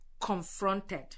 confronted